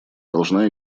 должна